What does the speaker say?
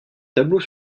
tableau